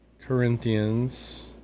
Corinthians